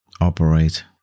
operate